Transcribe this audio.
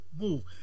move